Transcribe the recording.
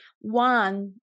one